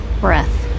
breath